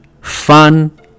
fun